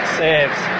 saves